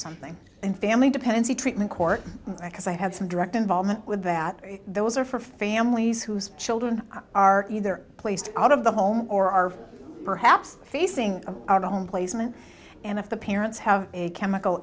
something and family dependency treatment court because i have some direct involvement with that those are for families whose children are either placed out of the home or are perhaps facing a home placement and if the parents have a chemical